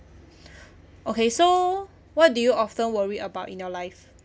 okay so what do you often worry about in your life